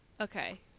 Okay